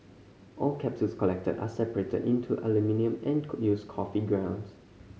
all capsules collected are separated into aluminium and used coffee grounds